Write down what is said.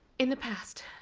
in the past,